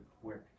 quick